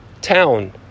town